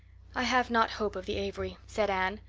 i have not hope of the avery, said anne.